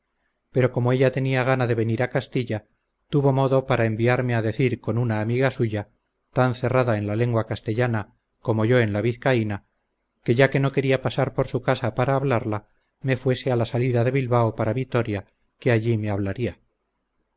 pero como ella tenía gana de venir a castilla tuvo modo para enviarme a decir con una amiga suya tan cerrada en la lengua castellana como yo en la vizcaína que ya que no quería pasar por su casa para hablarla me fuese a la salida de bilbao para vitoria que allí me hablaría